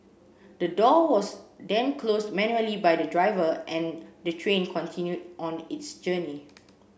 the door was then closed manually by the driver and the train continued on its journey